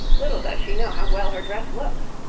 little does she know how well her dress looks.